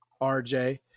RJ